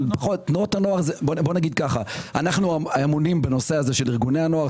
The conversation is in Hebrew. הנוער אנו אמונים בנושא של ארגוני הנוער.